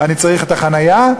אני צריך את החניה,